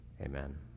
Amen